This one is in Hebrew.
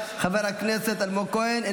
חבר הכנסת אלמוג כהן,